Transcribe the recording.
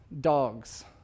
dogs